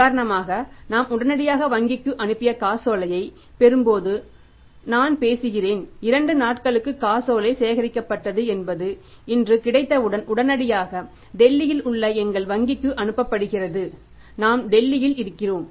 உதாரணமாக நாம் உடனடியாக வங்கிக்கு அனுப்பிய காசோலையைப் பெறும்போது நான் பேசுகிறேன் 2 நாட்களுக்குள் காசோலை சேகரிக்கப்பட்டது என்பது இன்று கிடைத்தவுடன் உடனடியாக டெல்லியில் உள்ள எங்கள் வங்கிக்கு அனுப்பப்படுகிறது நாம் டெல்லியில் இருக்கிறோம்